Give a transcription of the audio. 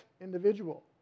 individual